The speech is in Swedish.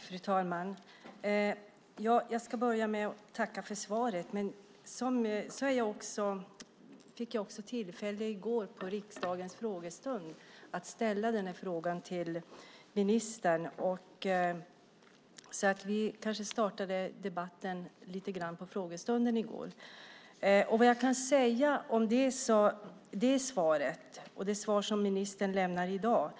Fru talman! Jag börjar med att tacka för svaret. Jag fick också tillfälle i går, på riksdagens frågestund, att ställa frågan till ministern. Vi startade alltså debatten lite grann på frågestunden i går. Jag tycker faktiskt att det svar som jag fick då och det svar som ministern lämnar i dag